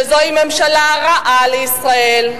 שזוהי ממשלה רעה לישראל,